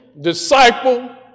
disciple